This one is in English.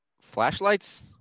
Flashlights